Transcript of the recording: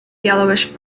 yellowish